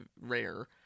rare